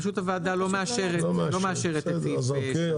פשוט הוועדה לא מאשרת את סעיף 3. אוקיי,